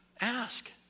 Ask